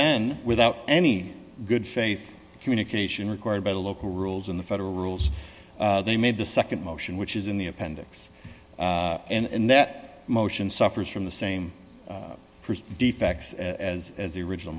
then without any good faith communication required by the local rules in the federal rules they made the nd motion which is in the appendix and that motion suffers from the same defect as as the original